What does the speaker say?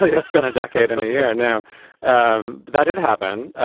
that's been a decade and a year. and now um that did happen.